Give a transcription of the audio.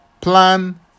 plan